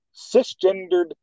cisgendered